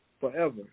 Forever